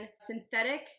synthetic